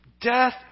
death